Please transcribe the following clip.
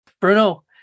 Bruno